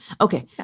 Okay